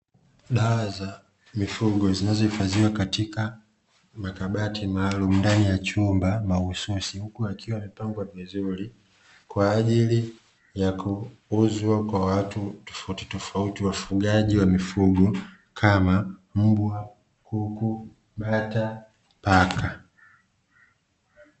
Dawa za mifugo zinazohifadhiwa katika makabati maalumu, ndani ya chumba mahususi huku yakiwa yamepangwa vizuri, kwa ajili ya kuuzwa kwa watu tofautitofauti wafugaji wa mifugo kama: mbwa, kuku, bata, paka.